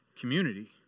community